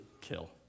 kill